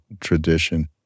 tradition